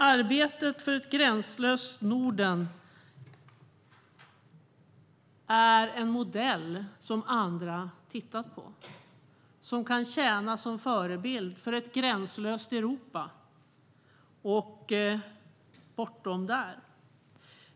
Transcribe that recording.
Arbetet för ett gränslöst Norden är en modell som andra har tittat på. Den kan tjäna som förebild för ett gränslöst Europa och bortom det.